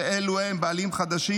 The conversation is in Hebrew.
ואלו הם בעלים חדשים,